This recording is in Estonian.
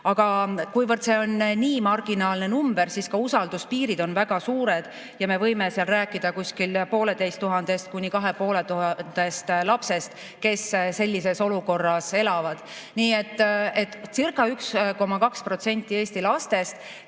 Aga kuivõrd see on nii marginaalne number, siis ka usalduspiirid on väga suured. Me võime siin rääkida kuskil poolteisest tuhandest kuni kahest ja poolest tuhandest lapsest, kes sellises olukorras elavad. Nii etcirca1,2% Eesti lastest,